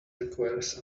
requires